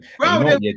right